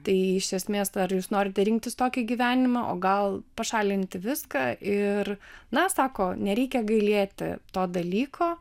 tai iš esmės ar jūs norite rinktis tokį gyvenimą o gal pašalinti viską ir na sako nereikia gailėti to dalyko